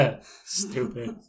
Stupid